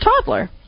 toddler